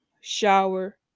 shower